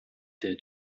der